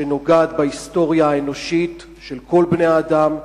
שנוגעת בהיסטוריה האנושית של כל בני-האדם.